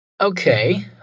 Okay